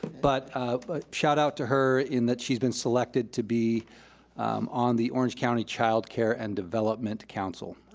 but but shoutout to her in that she's been selected to be on the orange county childcare and development council.